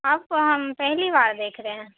آپ کو ہم پہلی بار دیکھ رہے ہیں